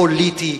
פוליטי,